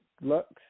Lux